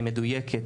היא מדויקת,